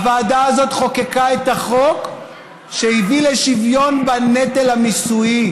הוועדה הזאת חוקקה את החוק שהביא לשוויון בנטל המיסויי,